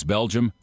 Belgium